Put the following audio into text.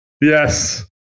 yes